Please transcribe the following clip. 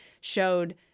showed